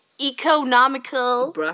economical